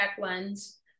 lens